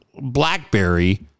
BlackBerry